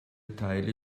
teile